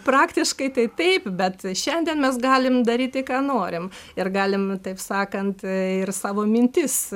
praktiškai tai taip bet šiandien mes galim daryt tai ką norim ir galim taip sakant ir savo mintis